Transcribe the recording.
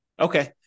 Okay